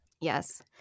Yes